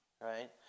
right